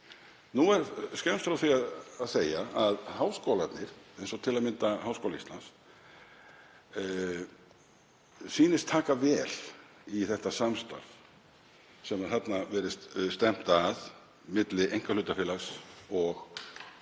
Það er skemmst frá því að segja að háskólarnir, eins og til að mynda Háskóli Íslands, sýnast taka vel í það samstarf sem þarna virðist stefnt að milli einkahlutafélags og háskóla.